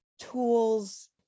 tools